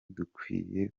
dukwiye